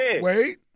Wait